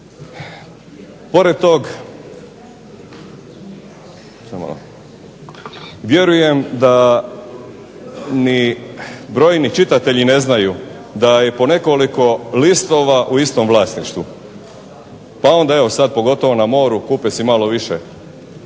Pored tog vjerujem da ni brojni čitatelji ne znaju da je po nekoliko listova u istom vlasništvu. Pa onda eto sada pogotovo na moru kupe si malo više